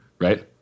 Right